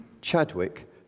Chadwick